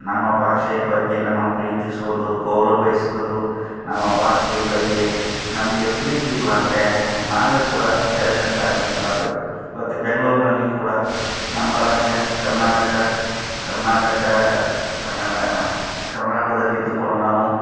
ನಮ್ಮ ಭಾಷೆಯ ಬಗ್ಗೆ ನಾವು ಪ್ರೀತಿಸುವುದು ಗೌರವಿಸುವುದು ನಮ್ಮ ಭಾಷೆ ಬಗ್ಗೆ ನಮಗೆ ಪ್ರೀತಿ ಇಲ್ಲಾಂದರೆ ನಾವೇ ಕೂಡ ಕಡೆಗಣಿಸ್ತಕ್ಕಂಥ ಸಂದರ್ಭ ಐತಿ ಇವತ್ತು ಬೆಂಗ್ಳೂರಿನಲ್ಲಿ ಕೂಡ ನಮ್ಮ ರಾಜ್ಯ ಕರ್ನಾಟಕ ಕರ್ನಾಟಕ ಕರ್ನಾಟಕದಲ್ಲಿದ್ದುಕೊಂಡು ನಾವು